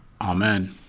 Amen